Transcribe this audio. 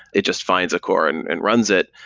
it just finds a core and and runs it.